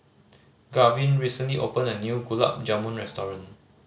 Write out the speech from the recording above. Garvin recently opened a new Gulab Jamun restaurant